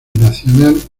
nacional